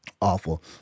awful